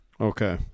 okay